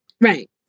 Right